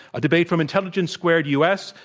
a debate from intelligence squared u. s.